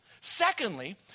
Secondly